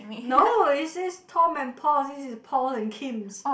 no it says Tom and Paul this is Paul and Kim's